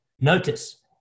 notice